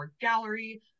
Gallery